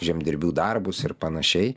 žemdirbių darbus ir panašiai